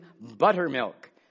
buttermilk